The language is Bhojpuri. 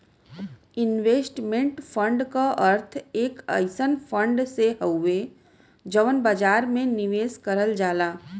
इन्वेस्टमेंट फण्ड क अर्थ एक अइसन फण्ड से हउवे जौन बाजार में निवेश करल जाला